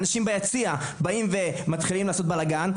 אנשים ביציע באים ומתחילים לעשות בלאגן,